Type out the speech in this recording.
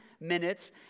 minutes